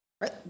right